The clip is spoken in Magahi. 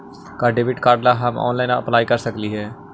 का डेबिट कार्ड ला हम ऑनलाइन अप्लाई कर सकली हे?